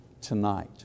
tonight